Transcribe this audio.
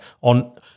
on